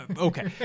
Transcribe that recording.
Okay